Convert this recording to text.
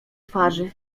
twarzy